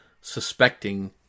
suspecting